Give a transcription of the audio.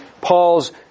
Paul's